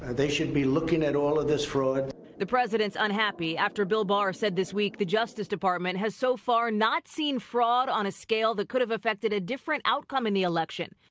ah they should be looking at all of this fraud. reporter the president's unhappy after bill barr said this week the justice department has so far not seen fraud on a scale that could have affected a different outcome in the election.